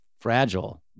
fragile